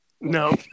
no